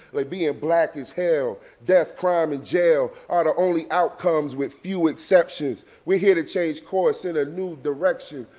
like being black is hell. death, crime, and jail are the only outcomes with few exceptions. we're here to change course in a new direction.